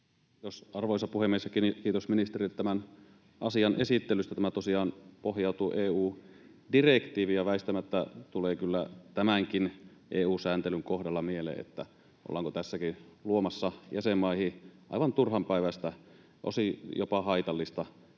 arvoisa puhemies! Ja kiitos ministerille tämän asian esittelystä. Tämä tosiaan pohjautuu EU-direktiiviin, ja väistämättä tulee kyllä tämänkin EU-sääntelyn kohdalla mieleen, että ollaanko tässäkin luomassa jäsenmaihin aivan turhanpäiväistä, osin jopa haitallista byrokratiaa.